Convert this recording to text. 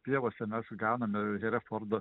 pievose mes ganom herefordą